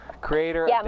Creator